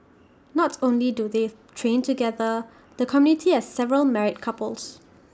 not only do they train together the community has several married couples